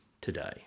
today